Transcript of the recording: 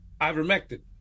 ivermectin